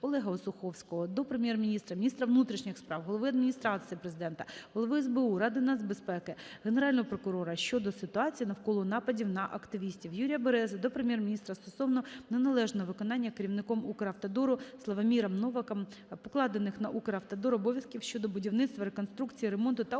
Олега Осуховського до Прем'єр-міністра, міністра внутрішніх справ, Голови Адміністрації Президента, Голови СБУ, Ради нацбезпеки, Генерального прокурора щодо ситуації навколо нападів на активістів. Юрія Берези до Прем'єр-міністра стосовно неналежного виконання керівником Укравтодору Славоміром Новаком покладених на Укравтодор обов'язків щодо будівництва, реконструкції, ремонту та утримання